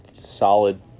solid